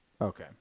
Okay